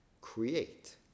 create